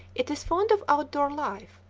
it is fond of outdoor life,